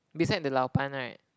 beside the Lao-Ban right